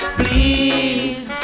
please